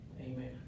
amen